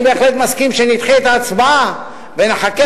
אני בהחלט מסכים שנדחה את ההצבעה ונחכה